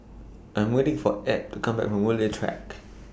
I Am waiting For Ebb to Come Back from Woodleigh Track